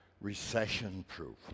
recession-proof